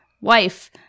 wife